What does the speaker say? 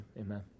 amen